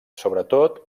sobretot